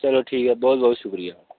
चलो ठीक ऐ बहुत बहुत शुक्रिया